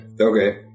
Okay